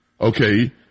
okay